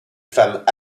femmes